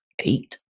Eight